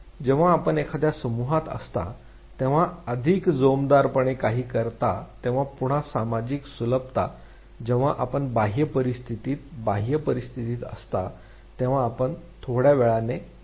जेव्हा आपण एखाद्या समूहात असता तेव्हा अधिक जोमदारपणाने काही करता तेव्हा पुन्हा सामाजिक सुलभता जेव्हा आपण बाह्य परिस्थितीत बाह्य परिस्थितीत असता तेव्हा आपण थोडा वेगळ्या पद्धतीने वागता